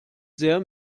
sehr